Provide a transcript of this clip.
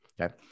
Okay